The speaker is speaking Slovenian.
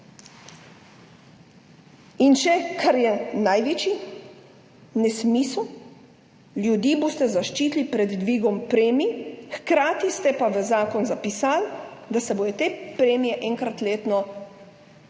In kar je največji nesmisel, ljudi boste zaščitili pred dvigom premij, hkrati ste pa v zakon zapisali, da se bodo te premije enkrat letno dvigovale,